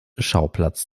schauplatz